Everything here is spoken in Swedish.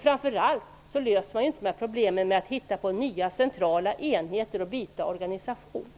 Framför allt löser man inte dessa problem genom att byta organisation och hitta på nya centrala enheter.